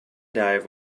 dive